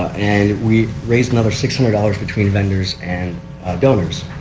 and we raised another six hundred dollars between vendors and donors.